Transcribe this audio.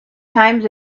times